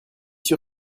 sûr